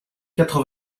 quatre